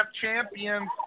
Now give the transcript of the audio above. champions